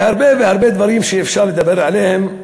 והרבה דברים שאפשר לדבר עליהם,